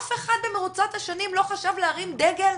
אף אחד במרוצת השנים לא חשב להרים דגל?